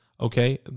Okay